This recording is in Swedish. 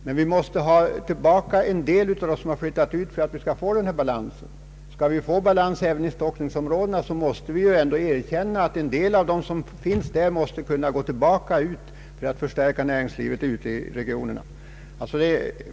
Men vi måste ha tillbaka en del av dem som flyttat ut för att vi skall kunna få denna balans. Skall vi få balans även i stockningsområdena, måste vi ju ändå erkänna att en del av dem som finns där måste flytta tillbaka för att förstärka näringslivet ute i regionerna.